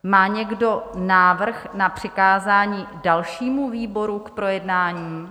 Má někdo návrh na přikázání dalšímu výboru k projednání?